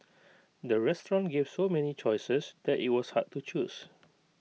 the restaurant gave so many choices that IT was hard to choose